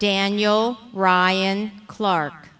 daniel ryan clark